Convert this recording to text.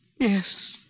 Yes